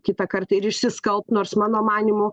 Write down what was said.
kitą kartą ir išsiskalbt nors mano manymu